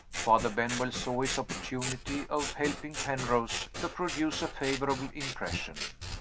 father benwell saw his opportunity of helping penrose to produce a favorable impression.